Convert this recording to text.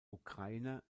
ukrainer